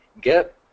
get